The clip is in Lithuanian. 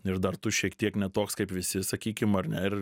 ir dar tu šiek tiek ne toks kaip visi sakykim ar ne ir